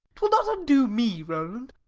twill not undoe me rowland,